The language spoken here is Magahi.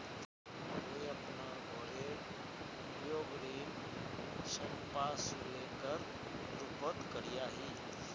मुई अपना घोरेर उपयोग ऋण संपार्श्विकेर रुपोत करिया ही